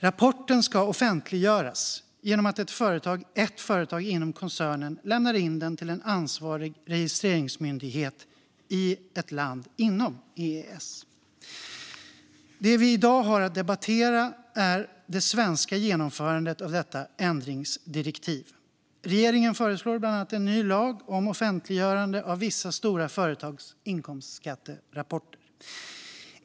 Rapporten ska offentliggöras genom att ett företag inom koncernen lämnar in den till en ansvarig registreringsmyndighet i ett land inom EES. Ökad transparens för stora företags skattebetalningar Det vi i dag har att debattera är det svenska genomförandet av detta ändringsdirektiv. Regeringen föreslår bland annat en ny lag om offentliggörande av vissa stora företags inkomstskatterapporter.